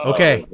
Okay